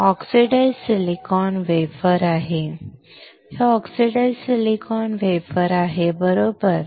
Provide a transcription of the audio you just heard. आणि हे oxidised silicon wafer आहे हे ऑक्सिडाइज्ड सिलिकॉन वेफर आहे बरोबर